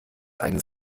eines